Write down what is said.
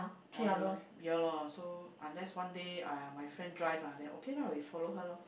oh ya loh ya lah so unless one day !aiya! my friend drive lah then okay lah we follow her loh